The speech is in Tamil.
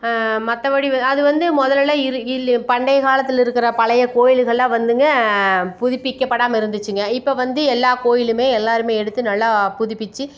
மற்றபடி வ அது வந்து முதல்லலாம் இரு இல்லு பண்டைய காலத்தில் இருக்கற பழைய கோயில்கள்லாம் வந்துங்க புதுப்பிக்கப்படாமல் இருந்துச்சிங்க இப்போ வந்து எல்லா கோயிலுமே எல்லாருமே எடுத்து நல்லா புதுப்பிச்சு